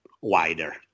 wider